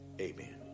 amen